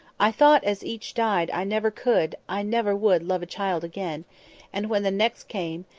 i thought, as each died, i never could i never would love a child again and when the next came,